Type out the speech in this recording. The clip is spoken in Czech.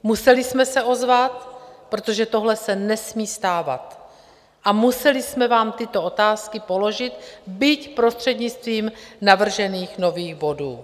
Museli jsme se ozvat, protože tohle se nesmí stávat, a museli jsme vám tyto otázky položit, byť prostřednictvím navržených nových bodů.